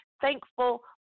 thankful